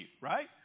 right